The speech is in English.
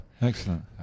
Excellent